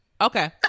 Okay